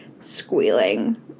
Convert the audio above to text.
squealing